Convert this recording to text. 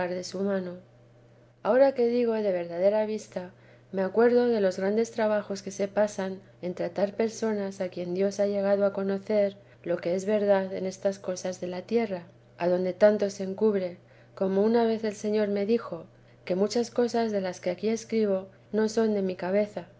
de su mano ahora que digo de verdadera vista me acuerdo de los grandes trabajos que se pasan en tratar personas a quien dios ha llegado a conocer lo que es verdad en estas cosas de la tierra adonde tanto se encubre como una vez el señor me dijo que muchas cosasdelas que aquí escribo no son de mi cabeza